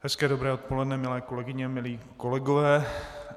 Hezké dobré odpoledne, milé kolegyně, milí kolegové.